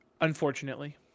Unfortunately